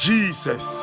Jesus